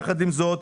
יחד עם זאת,